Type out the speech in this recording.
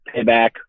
Payback